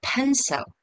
Pencil